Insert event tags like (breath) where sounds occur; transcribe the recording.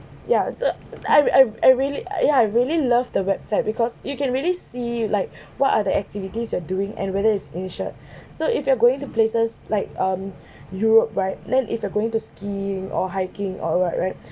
ya so I I I really yeah I really love the website because you can really see like (breath) what are the activities you are doing and whether it's insured (breath) so if you are going to places like um (breath) europe right then if you are going to skiing or hiking or what right